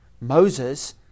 Moses